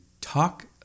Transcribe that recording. talk